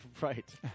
Right